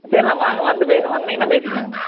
சரிண்ணா வாங்க வந்து பே வந்தீங்கனால் பேசிக்கலாங்கண்ணா